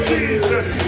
Jesus